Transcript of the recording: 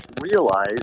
realize